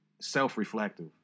self-reflective